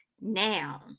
now